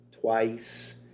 twice